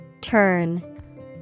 Turn